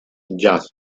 jazz